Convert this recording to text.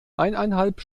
eineinhalb